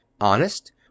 Honest